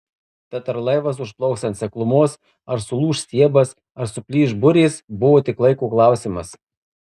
tad ar laivas užplauks ant seklumos ar sulūš stiebas ar suplyš burės buvo tik laiko klausimas